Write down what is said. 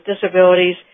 disabilities